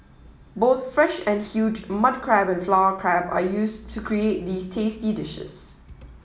both fresh and huge mud crab and flower crab are used to create these tasty dishes